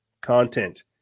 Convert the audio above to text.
content